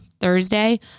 thursday